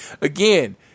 Again